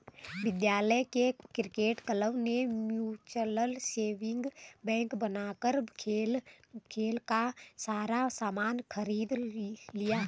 विद्यालय के cricket club ने म्यूचल सेविंग बैंक बनाकर खेल का सारा सामान खरीद लिया